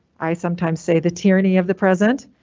i sometimes say the tyranny of the present,